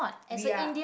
we are